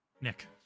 Nick